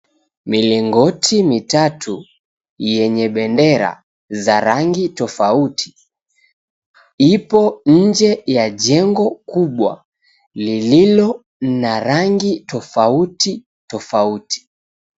Milingoti mitatu yenye bendera za rangi tofauti, ipo nje ya jengo kubwa lililo na rangi tofauti tofauti.